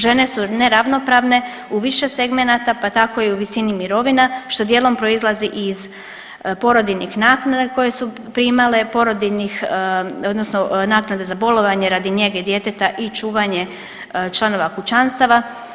Žene su neravnopravne u više segmenata pa tako i u visini mirovine što dijelom proizlazi i iz porodiljnih naknada koje su primale, porodiljnih odnosno naknada za bolovanje radi njege djeteta i čuvanje članova kućanstava.